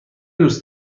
دوست